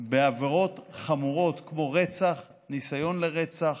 בעבירות חמורות כמו רצח, ניסיון לרצח